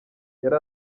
yari